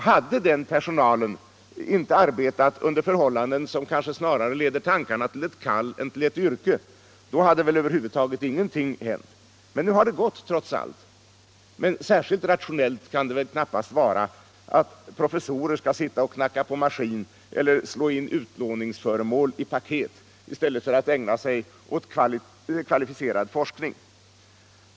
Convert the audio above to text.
Hade den personalen inte arbetat under förhållanden som kanske snarare leder tankarna till ett kall än till ett yrke, hade väl över huvud taget ingenting hänt. Nu har det gått trots allt, men särskilt rationellt kan det knappast vara att professorer skall sitta och knacka på maskin eller slå in utlåningsföremål i paket i stället för att ägna sig åt kvalificerad forskning.